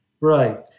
Right